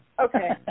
Okay